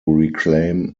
reclaim